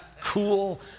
cool